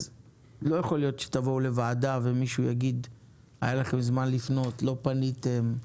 לא יכול להיות שתבואו לוועדה ומישהו יגיד שהיה לכם זמן לפנות ולא פניתם.